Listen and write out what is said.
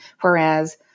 Whereas